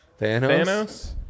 Thanos